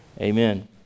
Amen